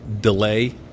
delay